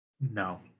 no